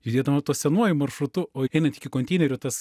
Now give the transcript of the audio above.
judėdavom tuo senuoju maršrutu o einant iki konteinerių tas